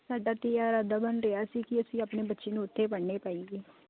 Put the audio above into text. ਸਾਡਾ ਤਾਂ ਇਹ ਇਰਾਦਾ ਬਣ ਰਿਹਾ ਸੀ ਕਿ ਅਸੀਂ ਆਪਣੇ ਬੱਚੇ ਨੂੰ ਉੱਥੇ ਪੜ੍ਹਨੇ ਪਾਈਏ